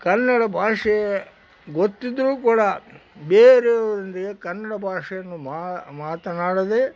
ಕನ್ನಡ ಭಾಷೆ ಗೊತ್ತಿದ್ದರೂ ಕೂಡ ಬೇರೆಯವರೊಂದಿಗೆ ಕನ್ನಡ ಭಾಷೆಯನ್ನು ಮಾತನಾಡದೇ